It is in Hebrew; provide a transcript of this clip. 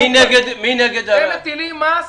מי נגד הרוויזיה?